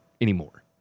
anymore